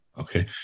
Okay